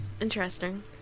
Interesting